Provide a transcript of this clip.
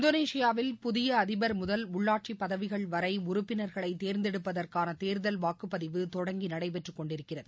இந்தோனேஷியாவில் புதியஅதிபர் உள்ளாட்சிப் பதவிகள் முதல் வரைஉறுப்பினர்களைதேர்ந்தெடுப்பதற்கானதேர்தல் வாக்குப்பதிவு தொடங்கிநடைபெற்றுக் கொண்டிருக்கிறது